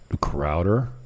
Crowder